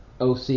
OC